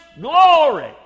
glory